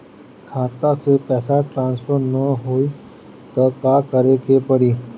खाता से पैसा ट्रासर्फर न होई त का करे के पड़ी?